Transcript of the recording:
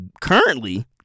currently